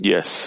Yes